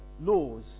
laws